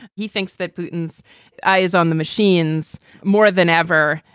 he thinks that putin's eye is on the machines more than ever.